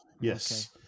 Yes